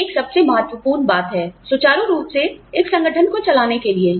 यह एक सबसे महत्वपूर्ण बात है सुचारु रूप से एक संगठन को चलाने के लिए